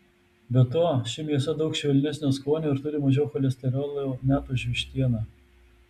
be to ši mėsa daug švelnesnio skonio ir turi mažiau cholesterolio net už vištieną